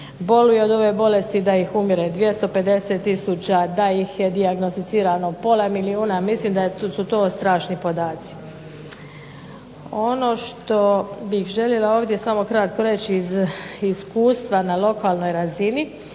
boluje od ove bolesti, da ih umire 250 tisuća, da ih dijagnosticirano pola milijuna, mislim da su to strašni podaci. Ono što bih željela ovdje samo kratko reći iz iskustva na lokalnoj razini,